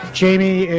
jamie